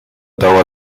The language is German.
dauer